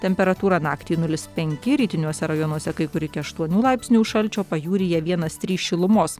temperatūra naktį nulis penki rytiniuose rajonuose kai kur iki aštuonių laipsnių šalčio pajūryje vienas trys šilumos